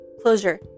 Closure